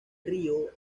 río